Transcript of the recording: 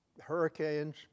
hurricanes